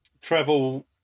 travel